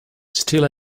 still